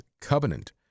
covenant